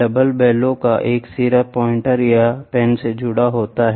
double bellow का एक सिरा पॉइंटर या पेन से जुड़ा होता है